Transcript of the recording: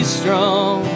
strong